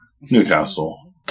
Newcastle